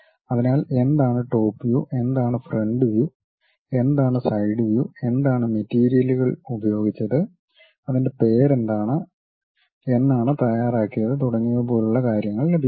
അതിനാൽ എന്താണ് top view എന്താണ് ഫ്രണ്ട് വ്യൂ എന്താണ് സൈഡ് വ്യൂ എന്താണ് മെറ്റീരിയലുകൾ ഉപയോഗിച്ചത് അതിൻ്റെ പേര് എന്താണ് എന്നാണ് തയ്യാറാക്കിയത് തുടങ്ങിയവ പോലുള്ള കാര്യങ്ങൾ ലഭിക്കുന്നു